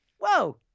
whoa